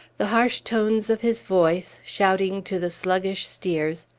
the harsh tones of his voice, shouting to the sluggish steers,